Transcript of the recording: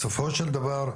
בסופו של דבר,